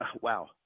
wow